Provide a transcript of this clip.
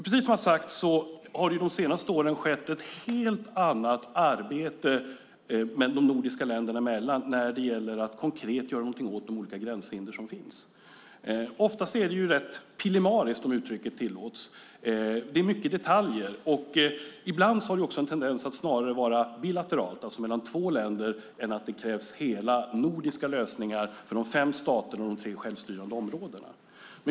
Precis som har sagts har det de senaste åren skett ett helt annat arbete de nordiska länderna emellan när det gäller att konkret göra någonting åt de olika gränshinder som finns. Ofta är det rätt pillemariskt, om uttrycket tillåts, med många detaljer. Ibland har det också en tendens att snarare vara bilateralt, det vill säga mellan två länder, än att det krävs hela nordiska lösningar för de fem staterna och de tre självstyrande områdena.